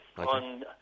On